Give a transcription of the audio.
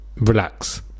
relax